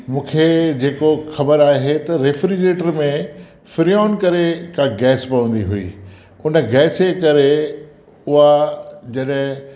मूंखे जेको ख़बरु आहे त रेफ्रिजरेटर में सुर्योन करे का गैस पवंदी हुई उन गैस जे करे उहा जॾहिं